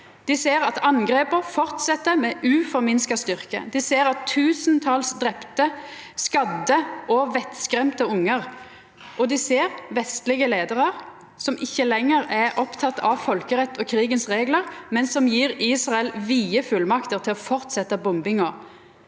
Dei ser at angrepa fortset med uminska styrke, dei ser tusentals drepne, skadde og vettskremte ungar, og dei ser vestlege leiarar som ikkje lenger er opptekne av folkeretten og krigens reglar, men som gjev Israel vide fullmakter til å fortsetja bombinga.